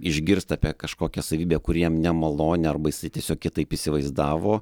išgirsta apie kažkokią savybę kuri jam nemaloni arba jisai tiesiog kitaip įsivaizdavo